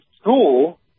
school